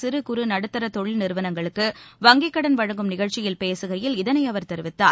சிறு குறு நடுத்தர தொழில் நிறுவனங்களுக்கு வங்கிக் கடன் வழங்கும் நிகழ்ச்சியில் பேசுகையில் இதனை அவர் தெரிவித்தார்